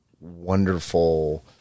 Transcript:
wonderful